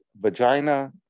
Vagina